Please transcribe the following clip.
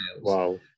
Wow